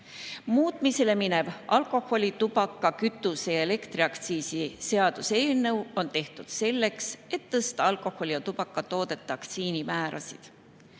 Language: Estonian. Muutmisele minev alkoholi-, tubaka-, kütuse- ja elektriaktsiisi seaduse eelnõu on tehtud selleks, et tõsta alkoholi ja tubakatoodete aktsiisi määrasid.